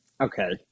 Okay